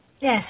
Yes